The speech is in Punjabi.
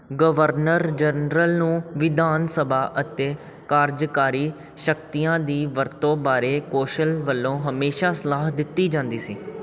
ਗਵਰਨਰ ਜਨਰਲ ਨੂੰ ਵਿਧਾਨ ਸਭਾ ਅਤੇ ਕਾਰਜਕਾਰੀ ਸ਼ਕਤੀਆਂ ਦੀ ਵਰਤੋਂ ਬਾਰੇ ਕੌਂਸਲ ਵੱਲੋਂ ਹਮੇਸ਼ਾ ਸਲਾਹ ਦਿੱਤੀ ਜਾਂਦੀ ਸੀ